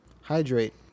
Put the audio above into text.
Hydrate